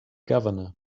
governor